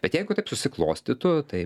bet jeigu taip susiklostytų tai